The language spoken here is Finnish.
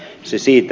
se siitä